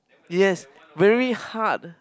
yea very hard